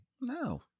No